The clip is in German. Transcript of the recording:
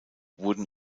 wurden